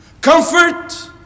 Comfort